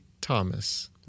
Thomas